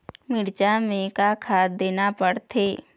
मिरचा मे का खाद देना पड़थे?